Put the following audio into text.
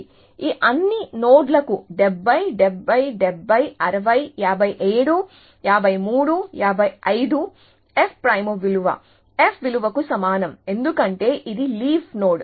కాబట్టి ఈ అన్ని నోడ్లకు 70 70 70 60 57 53 55 f' విలువ f విలువకు సమానం ఎందుకంటే ఇది లీఫ్ నోడ్